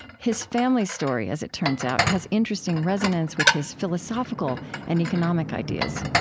his family story, as it turns out, has interesting resonance with his philosophical and economic ideas